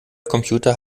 computer